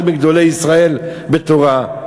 אחד מגדולי ישראל בתורה,